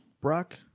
Brock